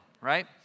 right